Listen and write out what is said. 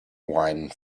wine